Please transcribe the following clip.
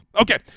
Okay